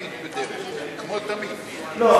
אין כמו תמיד, בדרך כלל, כמו תמיד.